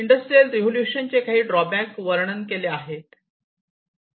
industrial रिव्होल्यूशनचे काही drawback वर्णन केले आहे